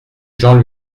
jean